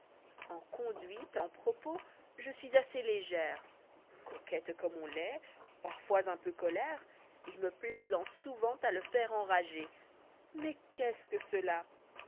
en conduite en propos je suis assez légère coquette comme on l'est parfois un peu colère et me plaisant souvent à le faire enragera mais qu'est-ce que cela